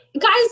guys